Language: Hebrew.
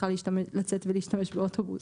הוא יכול היה לצאת ולהשתמש באוטובוס.